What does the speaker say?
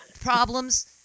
problems